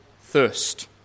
thirst